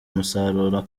umusaruro